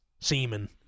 Semen